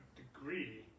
degree